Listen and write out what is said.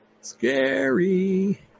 scary